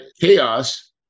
chaos